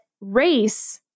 race